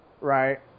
right